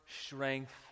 strength